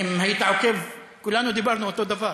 אם היית עוקב, כולנו דיברנו אותו דבר.